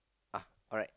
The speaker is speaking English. uh correct